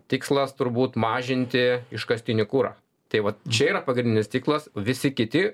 tikslas turbūt mažinti iškastinį kurą tai vat čia yra pagrindinis tikslas visi kiti